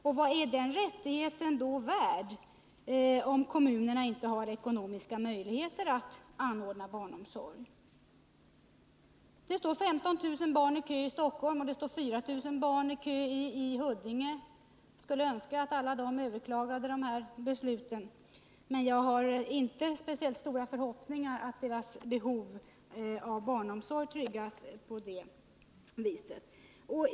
Och vad är den rättigheten värd, om kommunerna inte har ekonomiska möjligheter att anordna barnomsorg? Det står t.ex. 15 000 barn i daghemskö i Stockholm och 4 000 i Huddinge. Jag skulle önska att föräldrarna till alla dessa barn överklagade de beslut som har fattats, men jag har inte speciellt stora förhoppningar om att deras behov av barnomsorg ändå skulle tryggas på det viset.